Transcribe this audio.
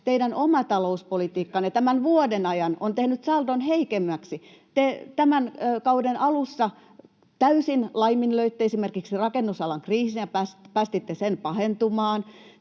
teidän oma talouspolitiikkanne tämän vuoden ajan [Miko Bergbomin välihuuto] on tehnyt saldon heikommaksi. Te tämän kauden alussa täysin laiminlöitte esimerkiksi rakennusalan kriisin ja päästitte sen pahentumaan.